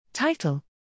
Title